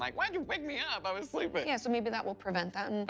like, why'd you wake me up! i was sleeping! yeah so maybe that will prevent that. and